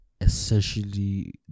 essentially